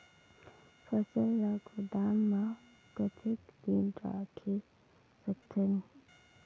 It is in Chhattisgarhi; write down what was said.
फसल ला गोदाम मां कतेक दिन रखे सकथन?